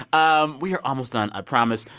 um we are almost done, i promise.